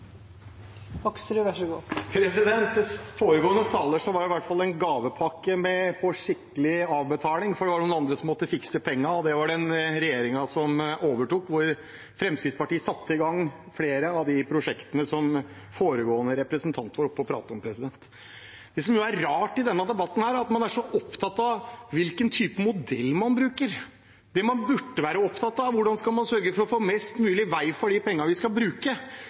Det var i hvert fall en gavepakke på skikkelig avbetaling, for det var noen andre som måtte fikse pengene, og det var regjeringen som overtok, hvor Fremskrittspartiet satte i gang flere av de prosjektene som foregående representant var oppe og pratet om. Det som er rart i denne debatten, er at man er så opptatt av hvilken type modell man bruker. Det man burde være opptatt av, er hvordan man skal sørge for å få mest mulig vei for de pengene vi skal bruke,